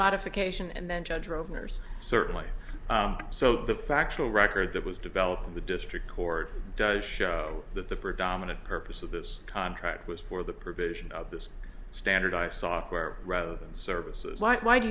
modification and then judge drovers certainly so the factual record that was developed in the district court does show that the predominant purpose of this contract was for the provision of this standardized software rather than services like why do